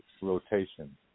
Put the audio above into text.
rotation